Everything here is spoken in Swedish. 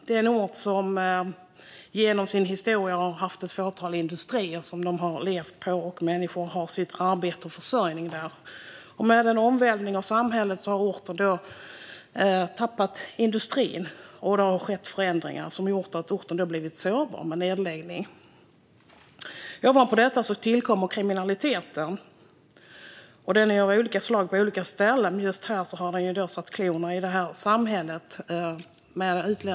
Det är en ort som genom sin historia har haft ett fåtal industrier som man har levt på. Människor har haft sitt arbete och sin försörjning där. Med en omvälvning av samhället har orten tappat industrin. Det har skett förändringar som gjort att orten har blivit sårbar för en nedläggning. Ovanpå detta tillkommer kriminaliteten. Den är av olika slag på olika ställen. Ett utländskt kopplat motorcykelgäng har satt klorna i just det här samhället.